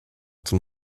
zum